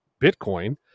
Bitcoin